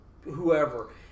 whoever